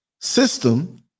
system